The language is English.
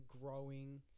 growing